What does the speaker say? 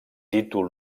títol